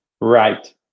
Right